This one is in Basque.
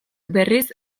berriz